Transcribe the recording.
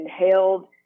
inhaled